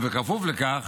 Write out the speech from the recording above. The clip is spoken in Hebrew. ובכפוף לכך